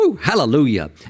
Hallelujah